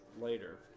later